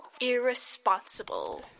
irresponsible